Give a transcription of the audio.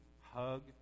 hug